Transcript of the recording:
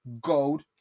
Gold